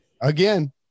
Again